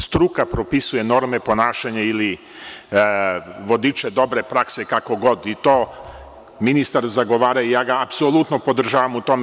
Struka propisuje norme ponašanja ili vodiče dobre prakse, kako god, i to ministar zagovara i apsolutno ga podržavam u tome.